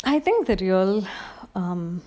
I think that you'll um